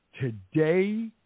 today